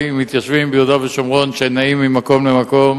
מתיישבים ביהודה ושומרון שנעים ממקום למקום